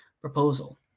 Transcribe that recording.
Proposal